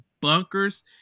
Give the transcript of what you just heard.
bunkers